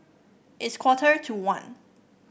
its quarter to one